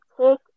take